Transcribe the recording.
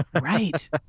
Right